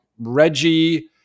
Reggie